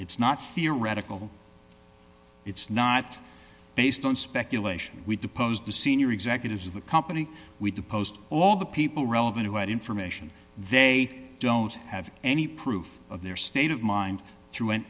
it's not fear radical it's not based on speculation we deposed the senior executives of the company we deposed all the people relevant who had information they don't have any proof of their state of mind through an